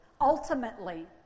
Ultimately